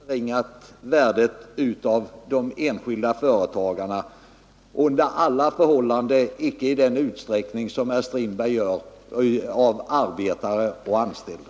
Herr talman! Jag har aldrig förringat värdet av de enskilda företagarnas insatser, under alla förhållanden icke i den utsträckning som herr Strindberg gör beträffande arbetare och anställda.